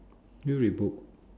do you read book